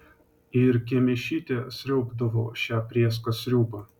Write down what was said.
ir kemėšytė sriaubdavo šią prėską sriubą